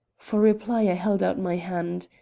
for reply i held out my hand.